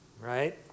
right